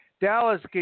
Dallas